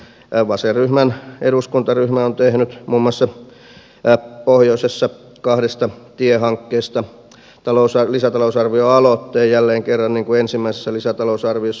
vasenryhmän eduskuntaryhmä on tehnyt muun muassa pohjoisessa kahdesta tiehankkeesta lisätalousarvioaloitteen jälleen kerran niin kuin ensimmäisessä lisätalousarviossa